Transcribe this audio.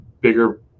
bigger